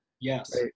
Yes